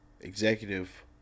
executive